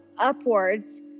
upwards